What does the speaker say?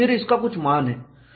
फिर इसका कुछ मान है